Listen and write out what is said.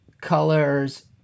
colors